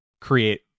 create